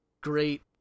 great